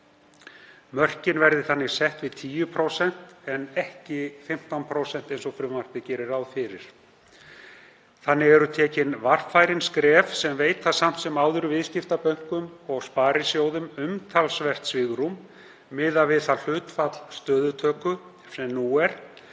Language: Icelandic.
Mörkin verði þannig sett við 10% en ekki 15%, eins og gert er ráð fyrir í frumvarpinu. Þannig eru stigin varfærin skref sem veita samt sem áður viðskiptabönkum og sparisjóðum umtalsvert svigrúm miðað við það hlutfall stöðutöku sem nú er,